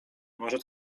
może